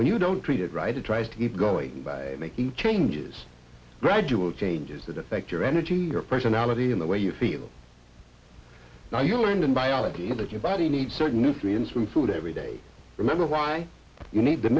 when you don't treat it right it tries to get going by making changes gradual changes that affect your energy your personality and the way you feel now you learned in biology that your body needs certain nutrients from food every day remember why you need the